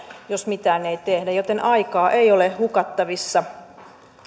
jos mitään ei tehdä joten aikaa ei ole hukattavissa